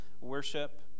worship